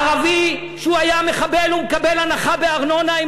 ערבי שהיה מחבל מקבל הנחה בארנונה אם